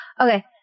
Okay